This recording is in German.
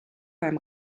beim